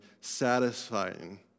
satisfying